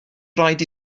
rhaid